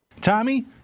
Tommy